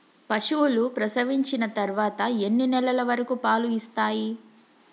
పశువులు ప్రసవించిన తర్వాత ఎన్ని నెలల వరకు పాలు ఇస్తాయి?